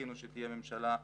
וחיכינו שתהיה ממשלה חדשה,